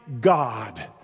God